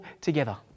together